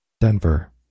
Denver